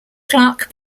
clarke